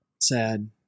Sad